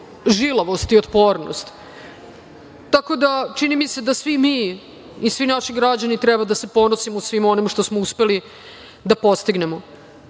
žilavost i otpornost, tako da čini mi se da svi mi i svi naši građani treba da se ponosimo svim onim što smo uspeli da postignemo. Imam